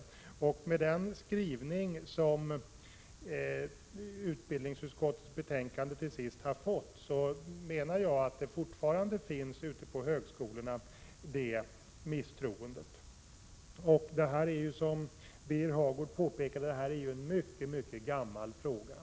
Min bedömning är att den skrivning som socialdemokraterna och vpk till sist har kommit fram till i utbildningsutskottets betänkande gör att det misstroendet finns kvar ute på högskolorna. Det här är, som Birger Hagård påpekade, en mycket gammal fråga.